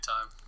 time